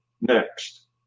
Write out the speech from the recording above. next